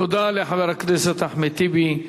תודה לחבר הכנסת אחמד טיבי.